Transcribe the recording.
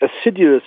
assiduous